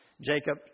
Jacob